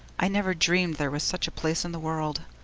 i never dreamed there was such a place in the world.